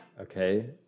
Okay